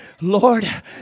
lord